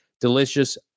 delicious